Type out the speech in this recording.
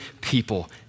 people